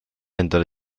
endale